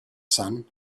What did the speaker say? sun